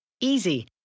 Easy